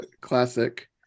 classic